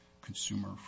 consumer